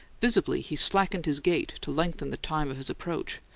visibly, he slackened his gait to lengthen the time of his approach,